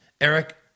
Eric